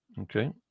Okay